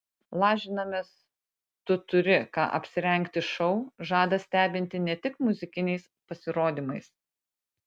lažinamės tu turi ką apsirengti šou žada stebinti ne tik muzikiniais pasirodymais